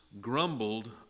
grumbled